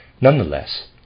Nonetheless